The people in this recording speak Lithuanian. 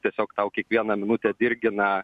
tiesiog tau kiekvieną minutę dirgina